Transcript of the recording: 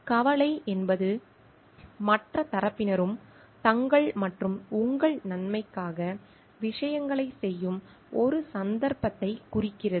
கவலை என்பது மற்ற தரப்பினரும் தங்கள் மற்றும் உங்கள் நன்மைக்காக விஷயங்களைச் செய்யும் ஒரு சந்தர்ப்பத்தைக் குறிக்கிறது